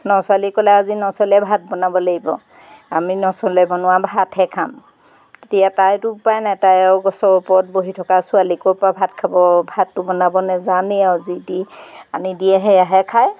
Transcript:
ন ছোৱালীক ক'লে আজি ন ছোৱালীয়ে ভাত বনাব লাগিব আমি ন ছোৱালীয়ে বনোৱা ভাতহে খাম তেতিয়া তাইৰতো উপায় নাই তাই আৰু গছৰ ওপৰত বহি থকা ছোৱালী ক'ৰ পৰা ভাত খাব ভাততো বনাব নাজানেই আৰু যি টি আনি দিয়ে সেয়াহে খায়